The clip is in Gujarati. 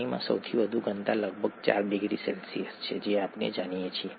પાણીમાં સૌથી વધુ ઘનતા લગભગ 4 ડિગ્રી સેલ્સિયસ છે જે આપણે જાણીએ છીએ